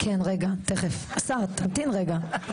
רגע תיכף, השר תמתין רגע.